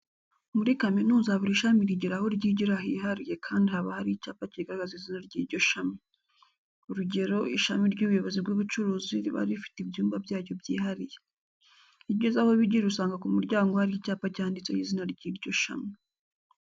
Muri kaminuza buri shami rigira aho ryigira hihariye kandi haba hari icyapa kigaragaza izina ry'iryo shami. Urugero, ishami ry'ubuyobozi bw'ubucuruzi riba rifite ibyumba byaryo byihariye. Iyo ugeze aho bigira usanga ku muryango hari icyapa cyanditseho izina ry'iryo shami.